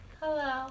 Hello